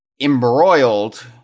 embroiled